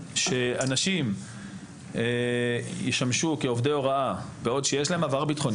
אופציה שאנשים ישמשו כעובדי הוראה בעוד שיש להם עבר ביטחוני,